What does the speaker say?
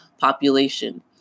population